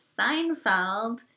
Seinfeld